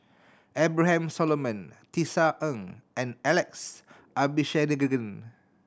Abraham Solomon Tisa Ng and Alex Abisheganaden